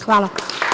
Hvala.